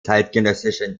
zeitgenössischen